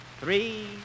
three